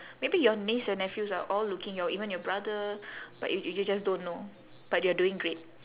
maybe your niece and nephews are all looking your even your brother but y~ you just don't know but you are doing great